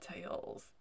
tails